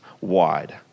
wide